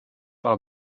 par